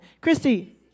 Christy